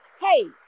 hey